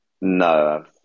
No